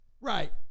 Right